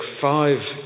five